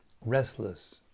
restless